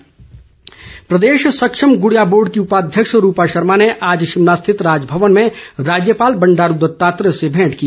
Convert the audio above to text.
मेंट प्रदेश सक्षम गुड़िया बोर्ड की उपाध्यक्ष रूपा शर्मा ने आज शिमला स्थित राजभवन में राज्यपाल बंडारू दत्तात्रेय से भेंट की